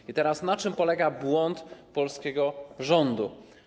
I teraz: Na czym polega błąd polskiego rządu?